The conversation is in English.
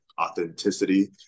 authenticity